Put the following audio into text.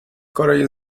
کارای